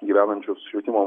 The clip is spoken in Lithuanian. gyvenančius švietimo